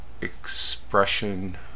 expression